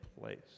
place